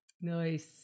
Nice